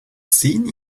seen